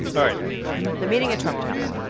all right the meeting at trump tower.